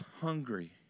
hungry